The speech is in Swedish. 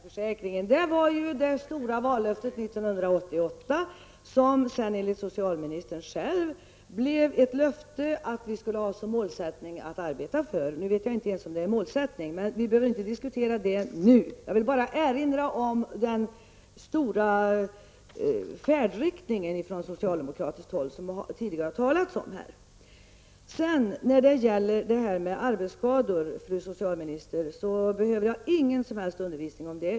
Fru talman! Föräldraförsäkringen var det stora vallöftet 1988. Enligt socialministern själv skulle vi ha det som mål att arbeta för. Nu vet jag inte ens om det är en målsättning. Men vi behöver inte diskutera detta nu, jag ville bara erinra om den färdriktning som socialdemokraterna tidigare har talat om. När det gäller arbetsskadeförsäkringen, fru socialminister, behöver jag ingen som helst undervisning.